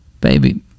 Baby